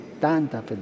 tanta